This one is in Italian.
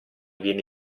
viene